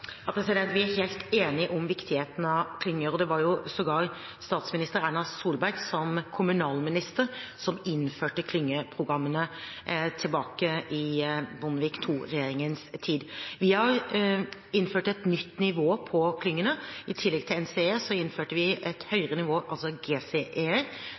Vi er helt enige om viktigheten av klynger, og det var sågar statsminister Erna Solberg som kommunalminister som innførte klyngeprogrammene, i Bondevik II-regjeringens tid. Vi har innført et nytt nivå på klyngene. I tillegg til NCE innførte vi et